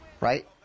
right